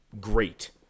great